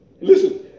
Listen